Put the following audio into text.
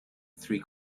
three